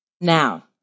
Now